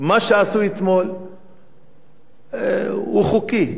מה שעשו אתמול הוא חוקי,